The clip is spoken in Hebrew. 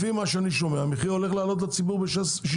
לפי מה שאני שומע, המחיר הולך לעלות לציבור ב-16%.